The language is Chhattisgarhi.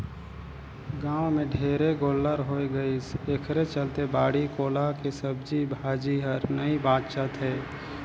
गाँव में ढेरे गोल्लर होय गइसे एखरे चलते बाड़ी कोला के सब्जी भाजी हर नइ बाचत हे